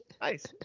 Nice